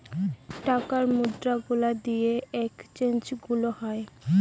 টাকার মুদ্রা গুলা দিয়ে এক্সচেঞ্জ গুলো হয়